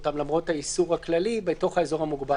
למרות האיסור הכללי בתוך האיסור המוגבל.